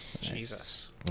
Jesus